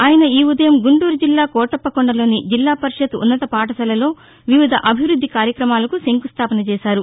అయన ఈ ఉదయం గుంటూరు జిల్లా కోటప్పకొండలోని జిల్లా పరిషత్ ఉన్నత పాఠశాలలో వివిధ అభివృద్ది కార్యక్రమాలకు శంకుస్దాపన చేశారు